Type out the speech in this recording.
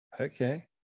Okay